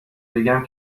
بگم